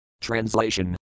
Translation